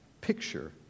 picture